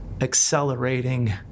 accelerating